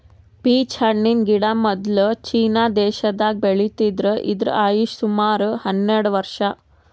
peach ಹಣ್ಣಿನ್ ಗಿಡ ಮೊದ್ಲ ಚೀನಾ ದೇಶದಾಗ್ ಬೆಳಿತಿದ್ರು ಇದ್ರ್ ಆಯುಷ್ ಸುಮಾರ್ ಹನ್ನೆರಡ್ ವರ್ಷ್